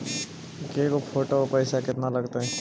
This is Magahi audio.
के गो फोटो औ पैसा केतना लगतै?